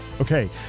Okay